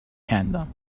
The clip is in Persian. کندم